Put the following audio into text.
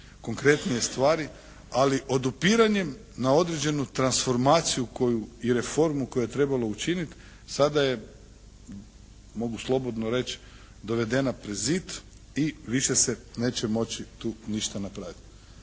konkretnije stvari, ali odupiranjem na određenu transformaciju i reformu koje je trebalo učiniti sada je mogu slobodno reći dovedena pred niz i više se neće moći tu ništa napraviti.